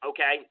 Okay